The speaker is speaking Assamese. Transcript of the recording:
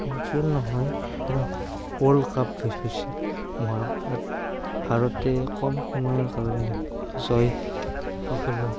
আই পি এল নহয় ৱৰ্ল্ড কাপ হৈছিল ভাৰতে কম সময়ৰ কাৰণে জয় হ'বলৈ